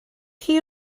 chi